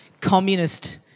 Communist